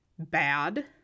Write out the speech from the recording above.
bad